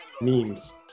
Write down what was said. Memes